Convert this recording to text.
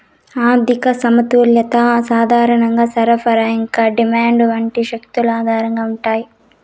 ఆర్థిక సమతుల్యత సాధారణంగా సరఫరా ఇంకా డిమాండ్ వంటి శక్తుల ఆధారంగా ఉంటాయి